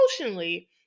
emotionally